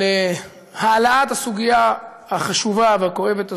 בהעלאת הסוגיה החשובה והכואבת הזאת,